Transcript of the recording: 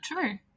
true